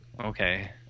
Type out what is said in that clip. okay